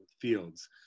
fields